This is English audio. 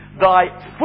thy